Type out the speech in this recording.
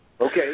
Okay